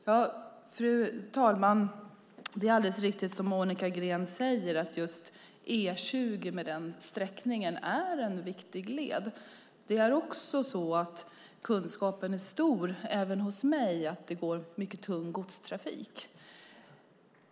Fru talman! Det är alldeles riktigt som Monica Green säger att E20 med sin sträckning är en viktig led. Kunskapen är stor även hos mig om att det går mycket tung godstrafik där.